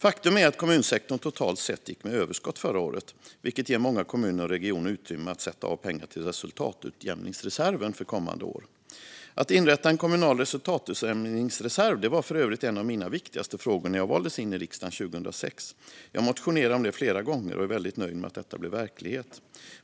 Faktum är att kommunsektorn totalt sett gick med överskott förra året, vilket ger många kommuner och regioner utrymme att sätta av pengar till resultatutjämningsreserven för kommande år. Att inrätta en kommunal resultatutjämningsreserv var för övrigt en av mina viktigaste frågor när jag valdes in i riksdagen 2006. Jag motionerade om det flera gånger, och jag är väldigt nöjd med att detta blev verklighet.